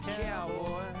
cowboy